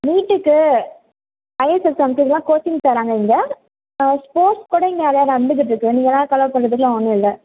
நீட்டுக்கு ஐஏஎஸ் எக்ஸாம்க்கு இதுலாம் கோச்சிங் தராங்க இங்கே ஸ்போர்ட்ஸ்கூட இங்கே நிறையா நடந்துகிட்ருக்கு நீங்களா கவலைப்படுறதுக்குலாம் ஒன்றும் இல்லை